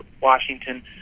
Washington